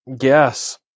yes